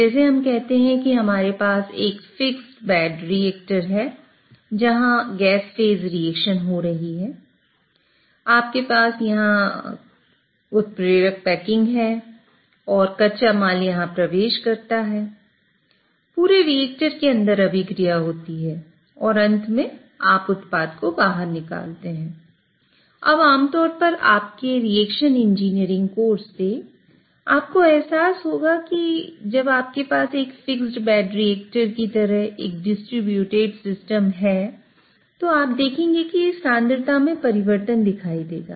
जैसे हम कहते हैं कि हमारे पास एक फिक्स बेड रिएक्टर है तो आप देखेंगे कि सांद्रता में परिवर्तन दिखाई देगा